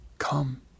Come